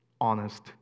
honest